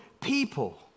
people